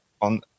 on